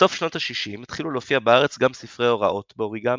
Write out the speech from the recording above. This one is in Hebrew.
בסוף שנות השישים התחילו להופיע בארץ גם ספרי הוראות באוריגמי,